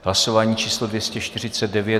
Hlasování číslo 249.